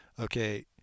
okay